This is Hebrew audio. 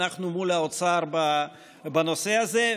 אנחנו מול האוצר בנושא הזה.